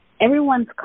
everyone's